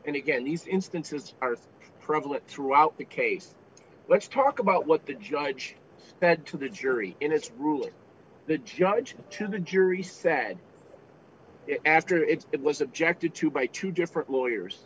and again these instances are prevalent throughout the case let's talk about what the judge said to the jury in his ruling the judge to the jury said after it was objected to by two different lawyers